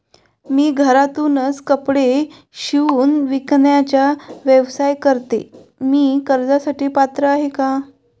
मी घरातूनच कपडे शिवून विकण्याचा व्यवसाय करते, मी कर्जासाठी पात्र आहे का?